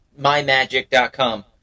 mymagic.com